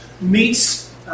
meets